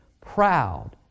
proud